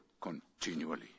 continually